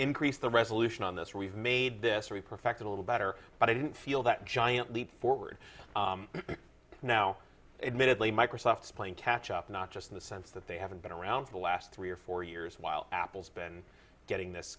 increased the resolution on this we've made this repro fact a little better but i didn't feel that giant leap forward now admittedly microsoft's playing catch up not just in the sense that they haven't been around for the last three or four years while apple's been getting this